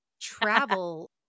travel